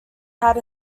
had